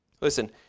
Listen